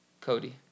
Cody